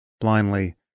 blindly